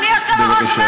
אדוני היושב-ראש,